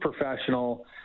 professional